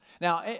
Now